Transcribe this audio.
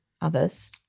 others